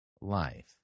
life